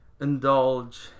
indulge